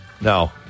No